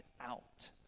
out